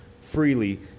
freely